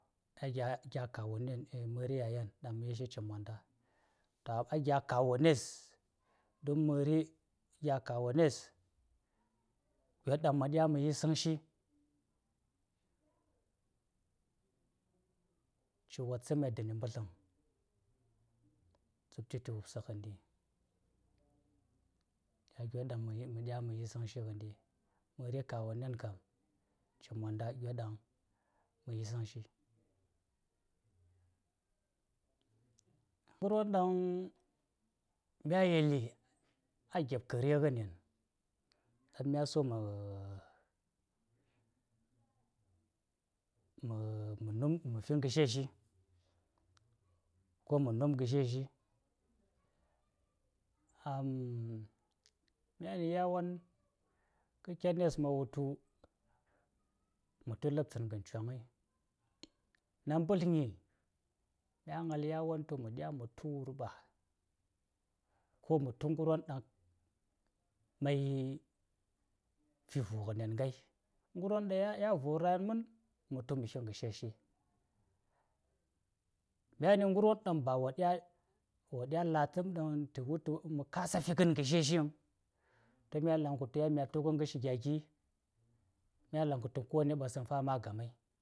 ﻿Te gya-gya kawunen, ɗan na mari yayan, ɗaŋ ma yisaŋ ci monda. a gya kawunes-mari gya kawunnes, gyoɗaŋ ma ɗya ma yisaŋshi, ci wotsamay-dani-mɓalen dzup-sliti-wupsa ngandi. gya gyo ɗaŋ ma yeli myan ma yisaŋshi ngandi. Mari kawunen kam, ci monda ka gyo ɗaŋ ma ɗya ma yisaŋshi vaŋ. Ngarwon ɗaŋ mya yeli a gibka ri̱nghani, ɗaŋ ma̱ su ma ma-ma-ma-lar, ma fi ngarsheshi, ko ma ndar ngarsheshi myan yawon, ka kennes ma wul tu, matu lab-tsangan Chong man. Mya tu labị, mya ngal yawon tu ma ɗya ma tu wurɓa, ko ma tu ngarwon ɗaŋ mayi fi vunghanen nghai. Ngarwon ɗaŋ ya vum ra man tu ma so̱p ngarsheshi. Yan na ngarwon ɗaŋ wo ɗya-wo ɗya la tsamam tu wul tu ma kasa fi ghan ngarsheshi vaŋ, to mya yel ɗaŋ kutuŋ yan mya tu nghan ngarshi gya gi, mya yel ɗaŋ kutuŋ koni ɓasam fa̱ mạ gamai.